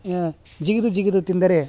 ಯ ಜಗಿದು ಜಗಿದು ತಿಂದರೆ